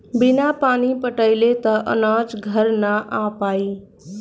बिना पानी पटाइले त अनाज घरे ना आ पाई